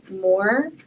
more